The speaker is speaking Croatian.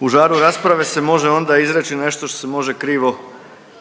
u žaru rasprave se može onda izreći nešto što se može krivo